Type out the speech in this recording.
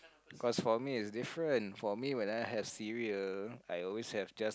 cause for me it's different for me when I have cereal I always have just